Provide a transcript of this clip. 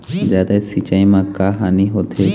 जादा सिचाई म का हानी होथे?